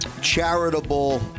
charitable